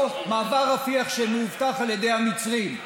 או מעבר רפיח שמאובטח על ידי המצרים?